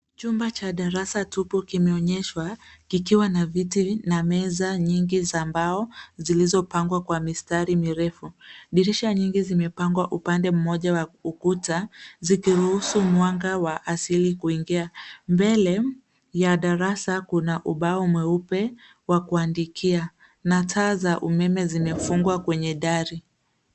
Chumba cha darasa tupu kinaonyeshwa, kikiwa na viti na meza nyingi za mbao zilizopangwa kwa mistari mirefu. Dirisha nyingi zimepangwa upande mmoja wa ukuta, zikiruhusu mwanga wa asili kuingia. Mbele ya darasa kuna ubao mweusi wa kuandikia na taa za umeme zimefungwa kwenye dari.